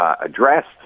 addressed